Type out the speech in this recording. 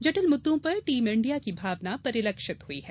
जटिल मुददों पर टीम इंडिया की भावना परिलक्षित हुई है